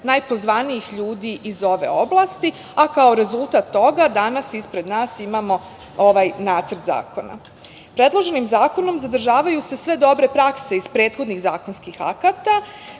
najpozvanijih ljudi iz ove oblasti, a kao rezultat toga danas ispred nas imamo ovaj nacrt zakona. Predloženim zakonom zadržavaju se sve dobre prakse iz prethodnih zakonskih akata